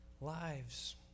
lives